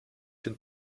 den